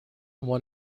won